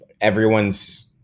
Everyone's